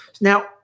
Now